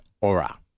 aura